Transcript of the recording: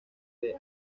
del